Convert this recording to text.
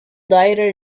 dieter